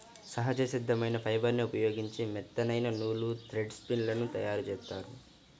సహజ సిద్ధమైన ఫైబర్ని ఉపయోగించి మెత్తనైన నూలు, థ్రెడ్ స్పిన్ లను తయ్యారుజేత్తారు